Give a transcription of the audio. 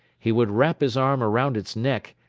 he would wrap his arm around its neck,